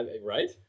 right